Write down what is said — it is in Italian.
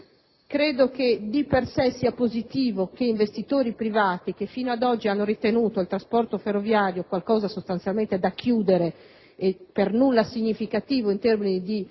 Credo che di per sé sia positivo che investitori privati, che fino ad oggi hanno ritenuto il trasporto ferroviario un settore sostanzialmente da chiudere e per nulla significativo in termini di